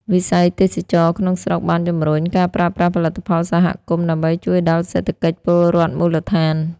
វិស័យ ទេសចរណ៍ ក្នុងស្រុកបានជម្រុញការប្រើប្រាស់ផលិតផលសហគមន៍ ដើម្បីជួយដល់សេដ្ឋកិច្ចពលរដ្ឋមូលដ្ឋាន។